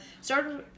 Started